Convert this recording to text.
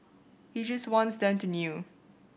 he just wants them to kneel